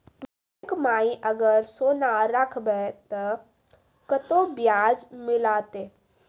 Bank माई अगर सोना राखबै ते कतो ब्याज मिलाते?